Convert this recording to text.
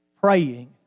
praying